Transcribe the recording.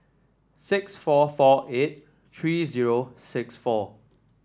six four four eight three zero six four